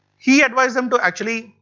he advised them to actually,